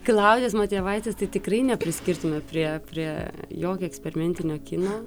klaudijos matvejevaitės tai tikrai nepriskirstume prie prie jokio eksperimentinio kino